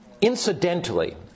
Incidentally